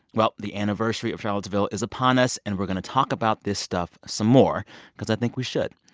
well, the anniversary of charlottesville is upon us, and we're going to talk about this stuff some more because i think we should.